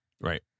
Right